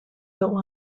though